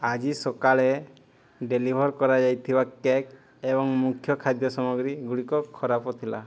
ଆଜି ସକାଳେ ଡେଲିଭର୍ କରାଯାଇଥିବା କେକ୍ ଏବଂ ମୁଖ୍ୟ ଖାଦ୍ୟସାମଗ୍ରୀ ଗୁଡ଼ିକ ଖରାପ ଥିଲା